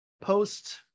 post